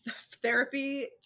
Therapy